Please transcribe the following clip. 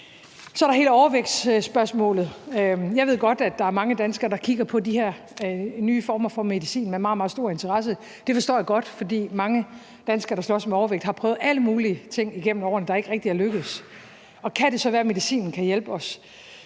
Så er der hele overvægtsspørgsmålet. Jeg ved godt, at der er mange danskere, der kigger på de her nye former for medicin med meget, meget stor interesse. Det forstår jeg godt, for mange danskere, der slås med overvægt, har prøvet alle mulige ting igennem årene, der ikke rigtig er lykkedes. Kan det så være, at medicinen kan hjælpe os?